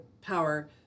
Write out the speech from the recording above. power